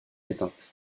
éteinte